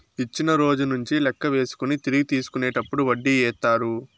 ఇచ్చిన రోజు నుంచి లెక్క వేసుకొని తిరిగి తీసుకునేటప్పుడు వడ్డీ ఏత్తారు